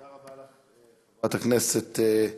תודה רבה לך, חברת הכנסת סוּלימאן,